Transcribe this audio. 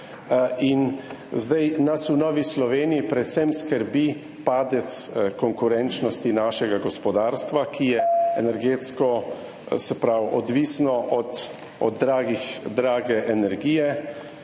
Zdaj nas v Novi Sloveniji predvsem skrbi padec konkurenčnosti našega gospodarstva, ki je energetsko odvisno od drage energije.